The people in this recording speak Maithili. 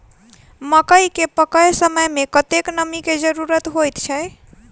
मकई केँ पकै समय मे कतेक नमी केँ जरूरत होइ छै?